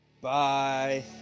Bye